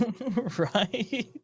Right